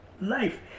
life